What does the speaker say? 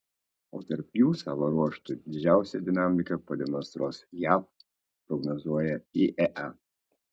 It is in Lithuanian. o tarp jų savo ruožtu didžiausią dinamiką pademonstruos jav prognozuoja iea